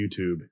YouTube